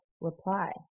reply